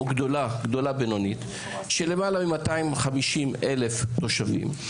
או גדולה בינונית של למעלה מ-250 אלף תושבים,